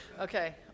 Okay